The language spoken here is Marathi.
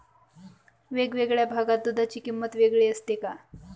वेगवेगळ्या भागात दूधाची किंमत वेगळी असते का?